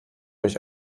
euch